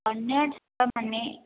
ଅନ୍ୟ ମାନେ